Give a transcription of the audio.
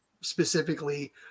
specifically